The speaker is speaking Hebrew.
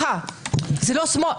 זה לא שמאל.